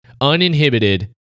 Uninhibited